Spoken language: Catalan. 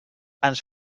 ens